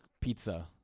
pizza